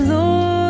Lord